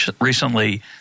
recently –